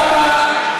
למה,